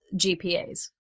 gpas